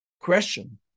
question